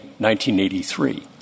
1983